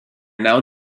now